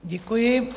Děkuji.